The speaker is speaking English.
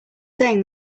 saying